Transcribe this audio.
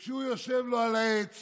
והוא יושב לו על העץ